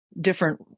different